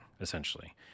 essentially